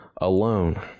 alone